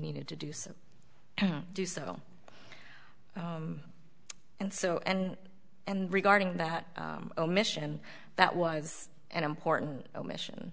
needed to do so and do so and so and and regarding that omission that was an important omission